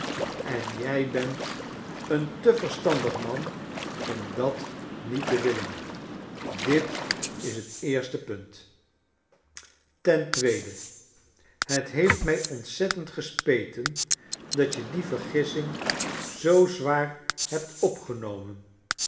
en jij bent een te verstandig man om dat niet te willen dit is het eerste punt ten tweede het heeft mij ontzettend gespeten dat je die vergissing zoo zwaar hebt opgenomen